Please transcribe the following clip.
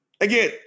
Again